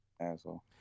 Asshole